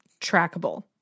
trackable